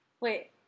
Wait